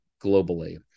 globally